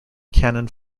cannon